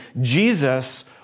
Jesus